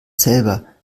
selber